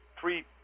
three